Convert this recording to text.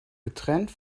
getrennt